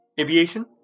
aviation